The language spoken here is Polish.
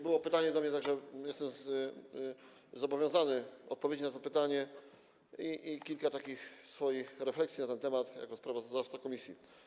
Było pytanie do mnie, tak że jestem zobowiązany odpowiedzieć na to pytanie i przedstawić kilka takich swoich refleksji na ten temat jako sprawozdawca komisji.